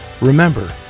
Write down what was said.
Remember